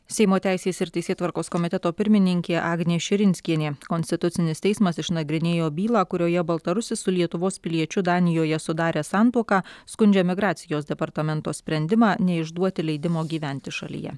seimo teisės ir teisėtvarkos komiteto pirmininkė agnė širinskienė konstitucinis teismas išnagrinėjo bylą kurioje baltarusis su lietuvos piliečiu danijoje sudaręs santuoką skundžia migracijos departamento sprendimą neišduoti leidimo gyventi šalyje